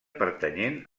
pertanyent